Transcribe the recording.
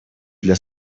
для